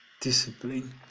Discipline